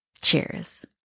Cheers